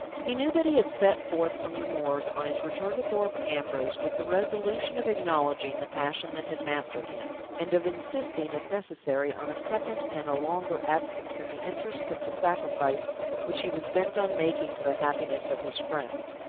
he knew that he had set forth from the moors on his return to thorpe ambrose with the resolution of acknowledging the passion that had mastered him, and of insisting, if necessary, on a second and a longer absence in the interests of the sacrifice which he was bent on making to the happiness of his friend.